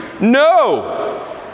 No